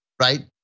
right